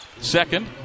second